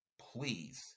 please